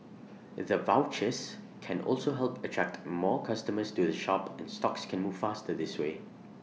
the vouchers can also help attract more customers to the shop and stocks can move faster this way